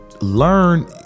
Learn